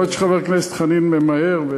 יכול להיות שחבר הכנסת חנין ממהר,